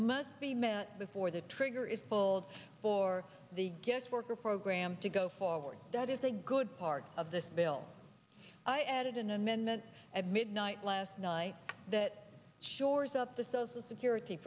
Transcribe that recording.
must be met before the trigger is pulled for the guest worker program to go forward that is a good part of this bill i added an amendment at midnight last night that shores up the social security